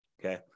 Okay